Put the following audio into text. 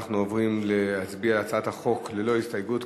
אנחנו עוברים להצביע על הצעת החוק ללא הסתייגויות,